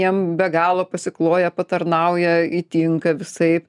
jiem be galo pasikloja patarnauja įtinka visaip